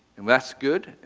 and that's good.